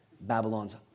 Babylon's